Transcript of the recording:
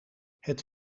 het